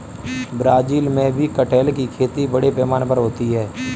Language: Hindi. ब्राज़ील में भी कटहल की खेती बड़े पैमाने पर होती है